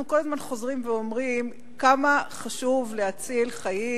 אנחנו כל הזמן חוזרים ואומרים כמה חשוב להציל חיים,